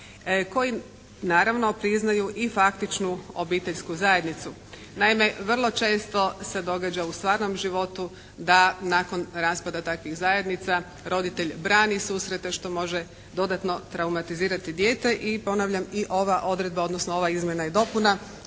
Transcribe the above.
kojim naravno priznaju i faktičnu obiteljsku zajednicu. Naime, vrlo često se događa u stvarnom životu da nakon raspada takvih zajednica roditelj brani susrete što može dodatno traumatizirati dijete i ponavljam i ova odredba, odnosno ova izmjena i dopuna